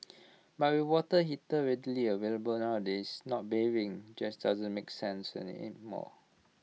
but with water heater readily available nowadays not bathing just doesn't make sense anymore